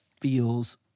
feels